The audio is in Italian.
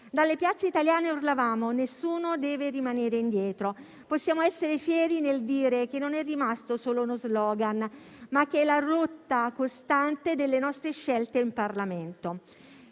Dalle piazze italiane urlavamo che nessuno deve rimanere indietro; possiamo essere fieri nel dire che non è rimasto solo uno *slogan*, ma che è la rotta costante delle nostre scelte in Parlamento.